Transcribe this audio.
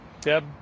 Deb